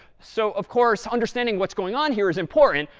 so of course understanding what's going on here is important.